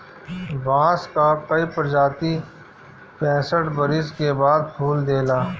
बांस कअ कई प्रजाति पैंसठ बरिस के बाद फूल देला